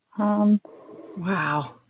Wow